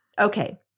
Okay